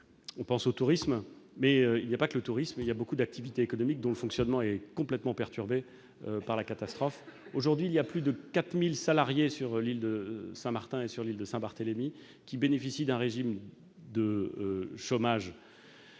On pense au tourisme, mais il n'y a pas que cela. Il y a beaucoup d'activités économiques dont le fonctionnement est complètement perturbé par la catastrophe. Aujourd'hui, ce sont plus de 4 000 salariés, sur l'île de Saint-Martin et sur l'île de Saint-Barthélemy, qui bénéficient d'un régime de chômage